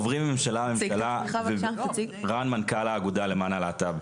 אני מנכ"ל האגודה למען הלהט"ב.